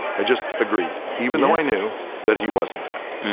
i just agreed, even though i knew that he wasn't that.